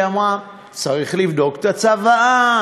והיא אמרה: צריך לבדוק את הצוואה,